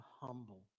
humble